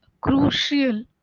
crucial